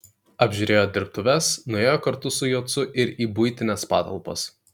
apžiūrėjo dirbtuves nuėjo kartu su jocu ir į buitines patalpas